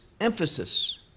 emphasis